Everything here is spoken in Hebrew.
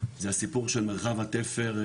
זה הסיפור של מרחב התפר,